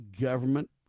government